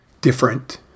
different